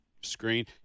screen